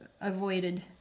avoided